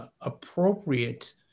appropriate